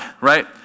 right